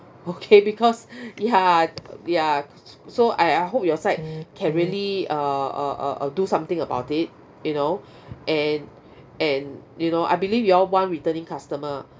okay because ya ya so I I hope your side can really uh uh uh uh do something about it you know and and you know I believe you all want returning customer